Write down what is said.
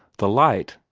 the light,